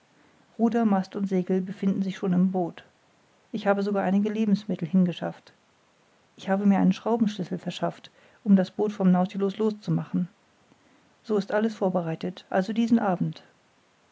ruder mast und segel befinden sich schon im boot ich habe sogar einige lebensmittel hingeschafft ich habe mir einen schraubenschlüssel verschafft um das boot vom nautilus los zu machen so ist alles vorbereitet also diesen abend